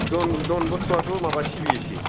दन दन बस्क'आथ' माबा सिबिएसए